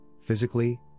physically